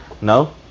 No